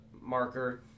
marker